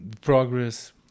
progress